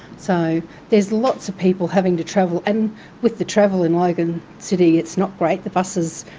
so there's lots of people having to travel, and with the travel in logan city, it's not great. the buses,